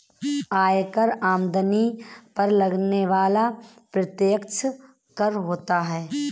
आयकर आमदनी पर लगने वाला प्रत्यक्ष कर होता है